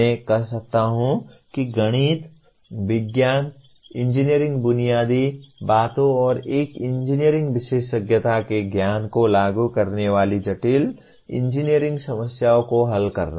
मैं कह सकता हूं कि गणित विज्ञान इंजीनियरिंग बुनियादी बातों और एक इंजीनियरिंग विशेषज्ञता के ज्ञान को लागू करने वाली जटिल इंजीनियरिंग समस्याओं को हल करना